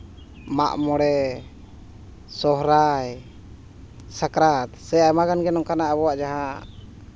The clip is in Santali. ᱢᱟᱜ ᱢᱚᱬᱮ ᱥᱚᱦᱨᱟᱭ ᱥᱟᱠᱨᱟᱛ ᱥᱮ ᱟᱭᱢᱟ ᱜᱟᱱ ᱜᱮ ᱱᱚᱝᱠᱟᱱᱟᱜ ᱟᱵᱚᱣᱟᱜ ᱡᱟᱦᱟᱸ